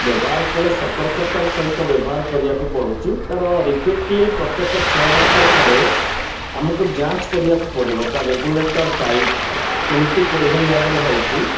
ବ୍ୟବହାର କଲେ ସତର୍କତାର ସହିତ ବ୍ୟବହାର କରିବାକୁ ପଡ଼ୁଛି ତା'ର ରିପିଟେଡ଼ଲି ପ୍ରତ୍ୟେକ ଛଅ ମାସରେ ଥରେ ଆମକୁ ଯାଞ୍ଚ୍ କରିବାକୁ ପଡ଼ିବ ତା ରେଗୁଲେଟର୍ ପାଇପ୍ କେମିତି କୋଉଭଳି ଭାବରେ ହେଉଛି